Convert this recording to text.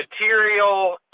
material